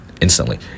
instantly